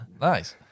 Nice